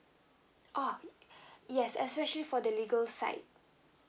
oh yes especially for the legal side